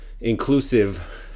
inclusive